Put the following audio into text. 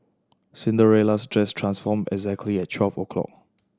Cinderella's dress transformed exactly at twelve o'clock